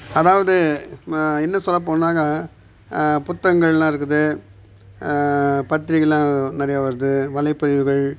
அதாவது இன்னும் சொல்லப்போனாக்கா புத்தகங்கள்லாம் இருக்குது பத்திரிக்கைலாம் நிறையா வருது வலைப்பதிவுகள்